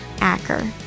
Acker